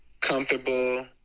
Comfortable